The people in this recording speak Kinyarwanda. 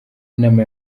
inama